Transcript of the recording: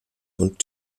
und